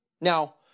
Now